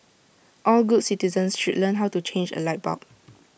all good citizens should learn how to change A light bulb